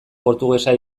portugesa